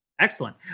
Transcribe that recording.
Excellent